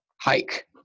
hike